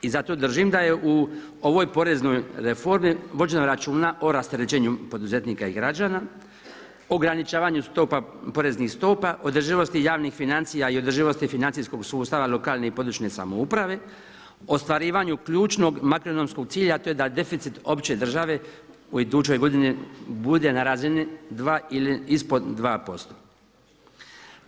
I zato držim da je u ovoj poreznoj reformi vođeno računa o rasterećenju poduzetnika i građana, o ograničavanju stopa, poreznih stopa, održivosti javnih financija i održivosti financijskog sustava lokalne i područne samouprave, ostvarivanju ključnog makroekonomskog cilja, a to je da deficit opće države u idućoj godini bude na razini dva ili ispod dva posto.